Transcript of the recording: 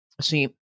see